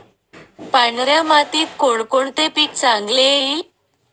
पांढऱ्या मातीत कोणकोणते पीक चांगले येईल?